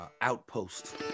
outpost